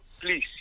please